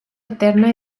eterna